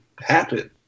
happen